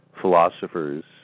philosophers